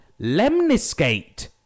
lemniscate